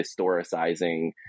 historicizing